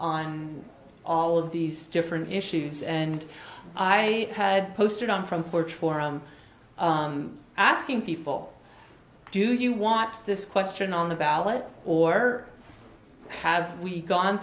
on all of these different issues and i had posted on front porch forum asking people do you want this question on the ballot or have we gone